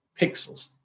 pixels